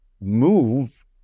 move